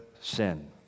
sin